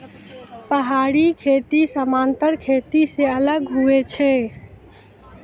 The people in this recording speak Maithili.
पहाड़ी खेती समान्तर खेती से अलग हुवै छै